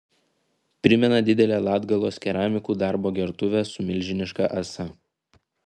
primena didelę latgalos keramikų darbo gertuvę su milžiniška ąsa